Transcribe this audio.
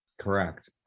Correct